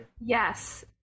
Yes